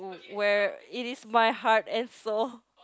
where it is my heart and soul